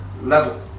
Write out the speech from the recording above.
level